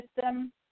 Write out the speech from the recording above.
system